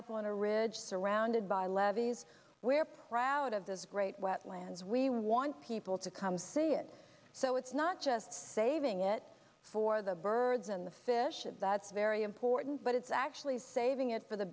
up on a ridge surrounded by levees we're proud of this great wetlands we want people to come see it so it's not just saving it for the birds and the fish and that's very important but it's actually saving it for the